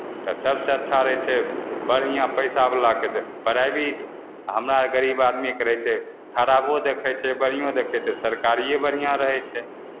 तऽ सभसँ अच्छा रहै छै बढ़िआँ पैसावलाके जे प्राइभेट आ हमरा आर गरीब आदमीके रहै छै खराबो देखै छै बढ़िओँ देखै छै तऽ सरकारिए बढ़िआँ रहै छै